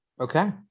Okay